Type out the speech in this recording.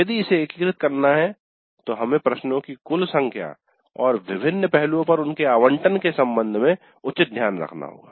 यदि इसे एकीकृत करना है तो हमें प्रश्नों की कुल संख्या और विभिन्न पहलुओं पर उनके आवंटन के संबंध में उचित ध्यान रखना होगा